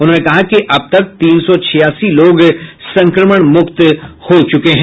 उन्होंने कहा कि अब तक तीन सौ छियासी लोग संक्रमण मुक्त हो चुके हैं